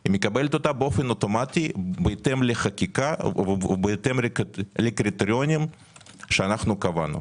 היא מקבלת אותה באופן אוטומטי בהתאם לחקיקה ולקריטריונים שאנחנו קבענו.